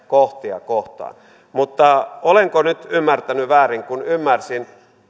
kohtia kohtaan mutta olenko nyt ymmärtänyt väärin kun ymmärsin